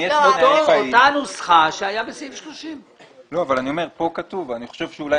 אותה נוסחה שהייתה בסעיף 30. אני חושב שאולי